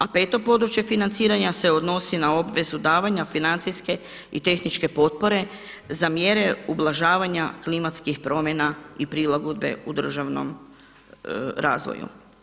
A 5. područje financiranja se odnosi na obvezu davanja financijske i tehničke potpore za mjere ublažavanja klimatskih promjena i prilagodbe u državnom razvoju.